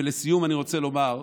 ולסיום, אני רוצה לומר: